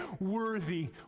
worthy